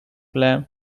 lamp